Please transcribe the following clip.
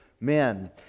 men